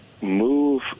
move